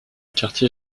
quartier